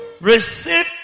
Receive